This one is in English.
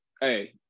hey